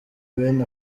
bene